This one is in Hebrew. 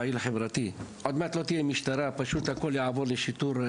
הכל פשוט יעבור לשיטור.